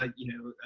ah you know,